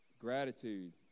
gratitude